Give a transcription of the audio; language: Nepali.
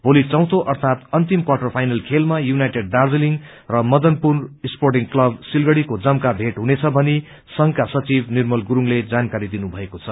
भोलि चौथो अर्यात अन्तिम क्वार्टर फाइनल खेलमा यूनाइटेड दार्जीलिङ र मदनपुर स्पोर्टिगं क्लब सिलगढीको जम्का भेट हुनेछ भनी संघका सचिव निर्मल गुरुङले जानकारी दिनुभएको छ